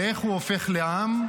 ואיך הוא הופך לעם?